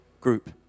group